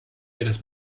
jedes